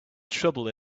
trouble